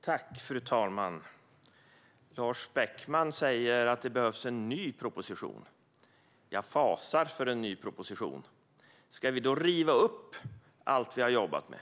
Fru talman! Lars Beckman säger att det behövs en ny proposition. Jag fasar för en ny proposition. Ska vi riva upp allt vi har jobbat med?